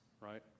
right